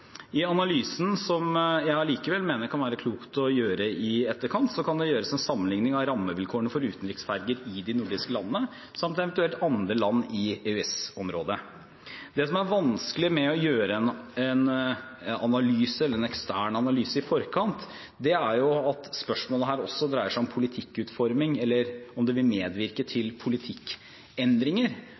I analysen, som jeg allikevel mener det kan være klokt å gjøre i etterkant, kan det gjøres en sammenlikning av rammevilkårene for utenriksferger i de nordiske landene samt eventuelt andre land i EØS-området. Det som er vanskelig med å gjøre en ekstern analyse i forkant, er at spørsmålet her også dreier seg om politikkutforming eller om det vil medvirke til politikkendringer.